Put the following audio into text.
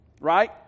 right